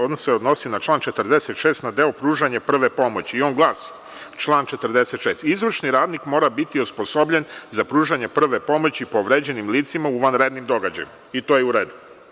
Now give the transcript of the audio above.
On se odnosi na član 46. na deo pružanja prve pomoći i on glasi - izvršni radnik mora biti osposobljen za pružanje prve pomoći povređenim licima u vanrednim događajima i to je u redu.